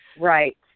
right